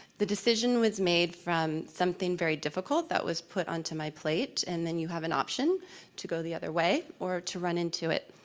the decision was made from something very difficult that was put onto my plate and then you have an option to go the other way or to run into it,